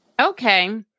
Okay